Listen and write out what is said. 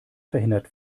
verhindert